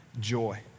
joy